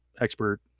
expert